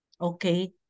okay